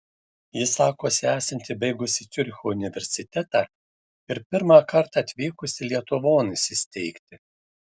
ji sakosi esanti baigusi ciuricho universitetą ir pirmąkart atvykusi lietuvon įsisteigti